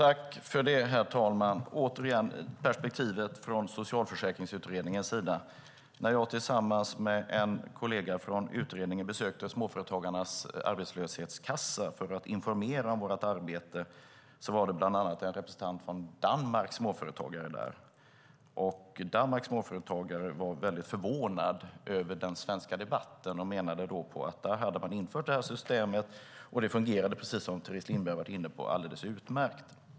Herr talman! Återigen perspektivet från Socialförsäkringsutredningens sida: När jag tillsammans med en kollega från utredningen besökte Småföretagarnas Arbetslöshetskassa för att informera om vårt arbete var det bland annat en representant från Danmarks småföretagare där. Danmarks småföretagare var väldigt förvånade över den svenska debatten och menade att man där hade infört detta system och att det fungerade, precis som Teres Lindberg var inne på, alldeles utmärkt.